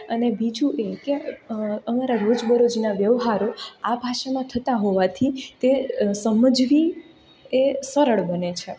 અને બીજું એ કે અમારા રોજબરોજના વ્યવહારો આ ભાષામાં થતા હોવાથી તે સમજવી એ સરળ બને છે